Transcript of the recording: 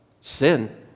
Sin